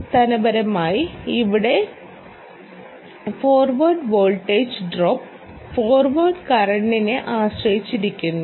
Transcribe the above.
അടിസ്ഥാനപരമായി അവിടെ forward voltage drop forward കറന്റിനെ ആശ്രയിച്ചിരിക്കുന്നു